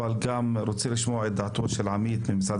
אבל אני רוצה לשמוע גם את דעתו של עמית ממשרד